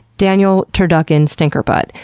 daniel turducken stinkerbutt,